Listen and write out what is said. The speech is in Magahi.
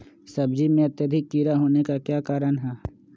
सब्जी में अत्यधिक कीड़ा होने का क्या कारण हैं?